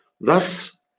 Thus